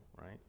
right